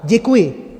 Děkuji!